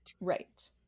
right